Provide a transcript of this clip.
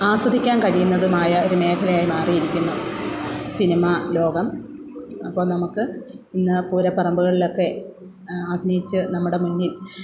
ആസ്വദിക്കാൻ കഴിയുന്നതുമായ ഒരു മേഖലയായി മാറിയിരിക്കുന്നു സിനിമാലോകം അപ്പോൾ നമുക്ക് ഇന്ന് പൂരപ്പറമ്പുകളിലൊക്കെ അഗ്നിച്ച് നമ്മുടെ മുന്നിൽ